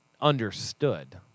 understood